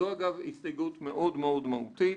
זו, אגב, הסתייגות מאוד-מאוד מהותית.